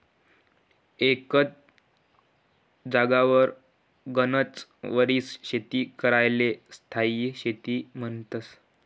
एकच जागावर गनच वरीस शेती कराले स्थायी शेती म्हन्तस